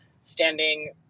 standing